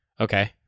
Okay